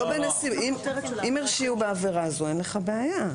אם הרשיעו בעבירה, אין לך בעיה.